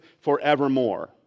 forevermore